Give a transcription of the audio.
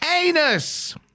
Anus